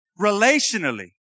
Relationally